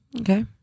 okay